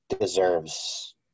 deserves